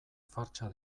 fartsa